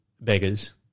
beggars